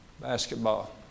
Basketball